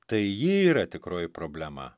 tai ji yra tikroji problema